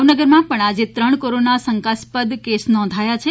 ભાવનગરમાં પણ આજે ત્રણ કોરોના શંકાસ્પદ કેસ નોંધાયે છે